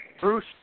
Bruce